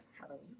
Halloween